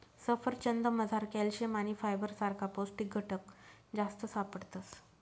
सफरचंदमझार कॅल्शियम आणि फायबर सारखा पौष्टिक घटक जास्त सापडतस